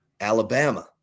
Alabama